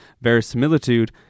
verisimilitude